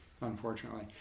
unfortunately